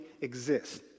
exists